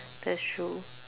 that's true